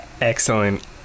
Excellent